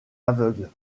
aveugle